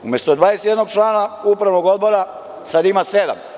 Umesto 21 člana Upravnog odbora, sada ima sedam.